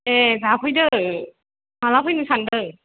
ए जाफैदो माला फैनो सान्दों